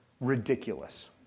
ridiculous